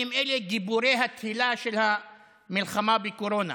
בימים אלה: גיבורי התהילה של המלחמה בקורונה.